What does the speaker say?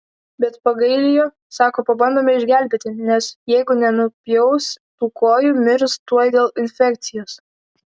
bet pagaili jo sako pabandome išgelbėti nes jeigu nenupjaus tų kojų mirs tuoj dėl infekcijos